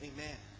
Amen